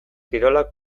kirolak